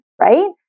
right